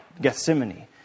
Gethsemane